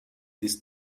this